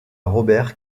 robert